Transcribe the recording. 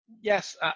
Yes